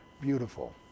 beautiful